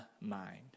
mind